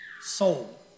soul